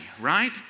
right